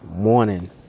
morning